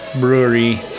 Brewery